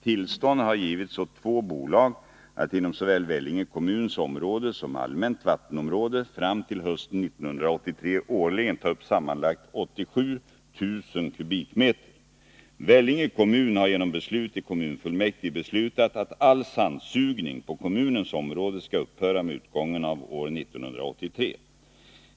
Tillstånd har givits åt två bolag att inom såväl Vellinge kommuns område som allmänt vattenområde fram till hösten 1983 årligen ta upp sammanlagt 87 000 m?. Vellinge kommun har genom beslut i kommunfullmäktige fastställt att all sandsugning på kommunens område skall upphöra med utgången av år 1983.